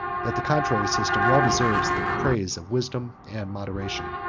that the contrary system well deserves the praise of wisdom and moderation.